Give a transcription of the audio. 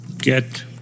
get